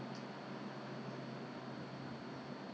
so at the end ah !wah! 就买了这个你看 one whole set hor